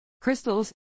Crystals